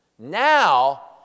Now